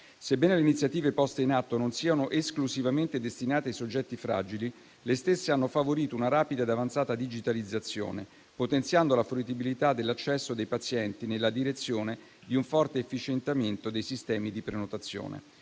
Sebbene le iniziative poste in atto non siano esclusivamente destinate ai soggetti fragili, le stesse hanno favorito una rapida ed avanzata digitalizzazione, potenziando la fruibilità dell'accesso dei pazienti nella direzione di un forte efficientamento dei sistemi di prenotazione.